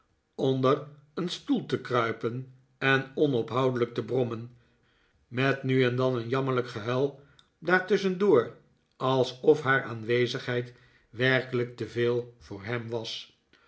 onder een stoel te kruipen en onophoudelijk te brommen met nu en dan een jammerlijk gehuil daartusschen door alsof haar aanwezigheid werkelijk te veel voor hem was